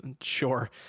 Sure